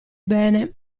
bene